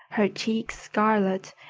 her cheeks scarlet,